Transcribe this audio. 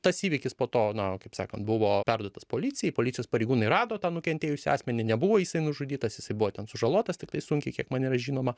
tas įvykis po to na kaip sakan buvo perduotas policijai policijos pareigūnai rado tą nukentėjusį asmenį nebuvo jisai nužudytas jisai buvo ten sužalotas tiktai sunkiai kiek man yra žinoma